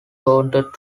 wanted